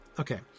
Okay